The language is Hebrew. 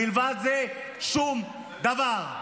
מלבד זה, שום דבר.